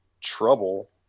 trouble